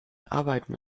arbeiten